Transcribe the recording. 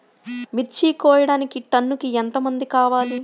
మిర్చి కోయడానికి టన్నుకి ఎంత మంది కావాలి?